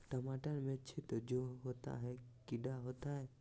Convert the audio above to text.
टमाटर में छिद्र जो होता है किडा होता है?